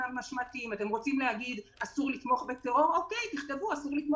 יכול להיות שאפשר היה לנצח